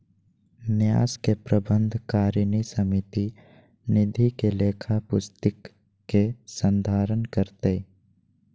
न्यास के प्रबंधकारिणी समिति निधि के लेखा पुस्तिक के संधारण करतय